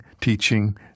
teaching